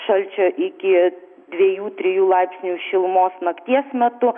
šalčio iki dviejų trijų laipsnių šilumos nakties metu